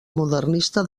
modernista